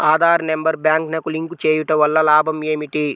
Aadhaar number బ్యాంక్నకు link చేయుటవల్ల లాభం ఏమిటి?